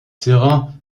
terrain